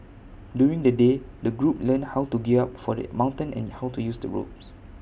during the day the group learnt how to gear up for the mountain and IT how to use the ropes